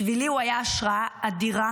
בשבילי הוא היה השראה אדירה